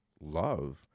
love